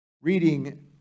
reading